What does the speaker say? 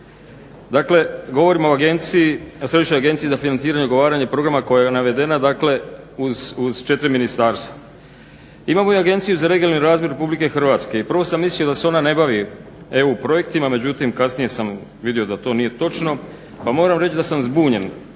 Dakle, govorim o agenciji, Središnjoj agenciji za financiranje i ugovaranje programa koja je navedena dakle uz četiri ministarstva. Imamo i Agenciju za regionalni razvoj Republike Hrvatske i prvo sam mislio da se ona ne bavi EU projektima, međutim kasnije sam vidio da to nije točno pa moram reći da sam zbunjen.